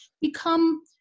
become